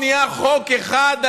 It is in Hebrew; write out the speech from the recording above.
הרי רוב מוחלט של